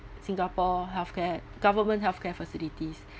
singapore healthcare government healthcare facilities